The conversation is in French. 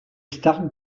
stark